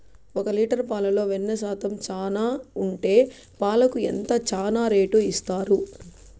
ఒక లీటర్ పాలలో వెన్న శాతం చానా ఉండే పాలకు ఎంత చానా రేటు ఇస్తారు?